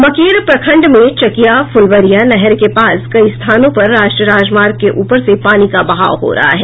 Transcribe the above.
मकेर प्रखंड में चकिया फुलवरिया नहर के पास कई स्थानों पर राष्ट्रीय राजमार्ग के ऊपर से पानी का बहाव हो रहा है